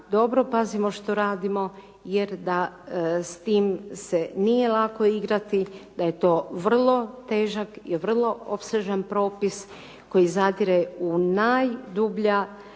dobro pazimo što radimo, jer da s tim se nije lako igrati, da je to vrlo težak i vrlo opsežan propis koji zadire u najdublja